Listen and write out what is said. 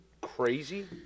crazy